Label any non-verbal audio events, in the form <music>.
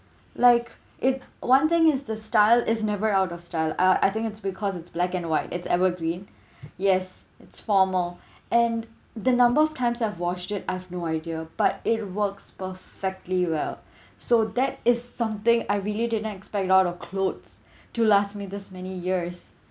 like it one thing is the style is never out of style uh I think it's because it's black and white it's evergreen <breath> yes it's formal <breath> and the number of times I've washed it I have no idea but it works perfectly well <breath> so that is something I really didn't expect out of clothes <breath> to last me this many years